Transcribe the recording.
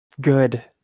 Good